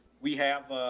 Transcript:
we have,